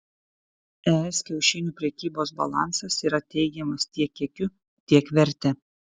es kiaušinių prekybos balansas yra teigiamas tiek kiekiu tiek verte